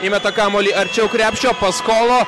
įmeta kamuolį arčiau krepšio pas kolo